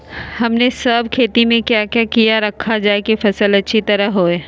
हमने सब खेती में क्या क्या किया रखा जाए की फसल अच्छी तरह होई?